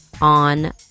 on